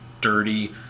dirty